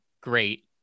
Great